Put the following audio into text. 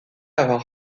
avoir